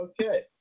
Okay